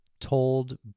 told